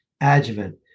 adjuvant